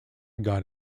got